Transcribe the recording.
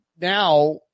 now